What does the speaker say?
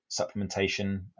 supplementation